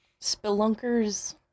Spelunkers